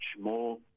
more